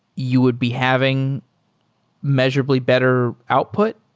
you would be having measurably better output?